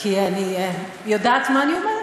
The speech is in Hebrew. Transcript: כי אני יודעת מה אני אומרת.